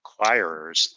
acquirers